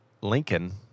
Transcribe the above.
Lincoln